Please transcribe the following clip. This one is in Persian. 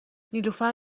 نیلوفر